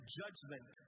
judgment